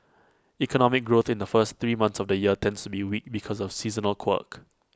economic growth in the first three months of the year tends to be weak because of A seasonal quirk